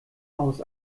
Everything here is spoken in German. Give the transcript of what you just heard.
aus